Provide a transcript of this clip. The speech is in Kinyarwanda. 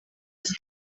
igihe